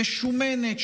משומנת,